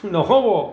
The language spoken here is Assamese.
নহ'ব